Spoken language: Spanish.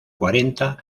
cuarenta